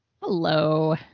Hello